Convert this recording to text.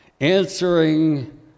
Answering